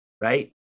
right